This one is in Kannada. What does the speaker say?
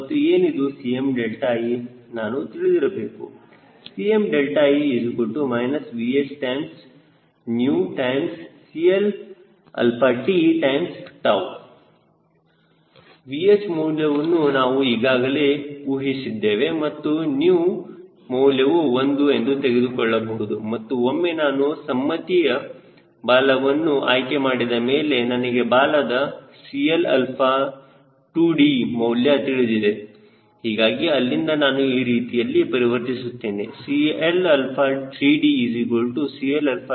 ಮತ್ತು ಏನಿದು 𝐶mðe ನಾವು ತಿಳಿದಿರಬೇಕು Cme VHCLt VH ಮೌಲ್ಯವನ್ನು ನಾವು ಈಗಾಗಲೇ ಊಹಿಸಿದ್ದೇವೆ ಮತ್ತು 𝜂 ಮೌಲ್ಯವು 1 ಎಂದು ತೆಗೆದುಕೊಳ್ಳಬಹುದು ಮತ್ತು ಒಮ್ಮೆ ನಾನು ಸನ್ಮತಿಯ ಬಾಲವನ್ನು ಆಯ್ಕೆ ಮಾಡಿದ ಮೇಲೆ ನನಗೆ ಬಾಲದ 𝐶lα2d ಮೌಲ್ಯ ತಿಳಿದಿದೆ ಹೀಗಾಗಿ ಅಲ್ಲಿಂದ ನಾನು ಈ ರೀತಿಯಲ್ಲಿ ಪರಿವರ್ತಿಸುತ್ತೇನೆ CL3dCl2d1Cl2dARe ನಾವು e ಮೌಲ್ಯ 0